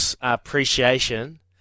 appreciation